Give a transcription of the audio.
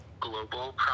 Global